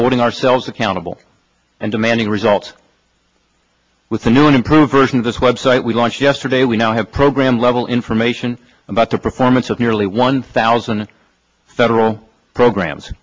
holding ourselves accountable and demanding results with the new and improved version of this website we launched yesterday we now have programs level information about the performance of nearly one thousand federal programs